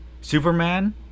superman